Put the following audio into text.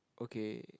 okay